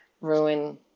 ruin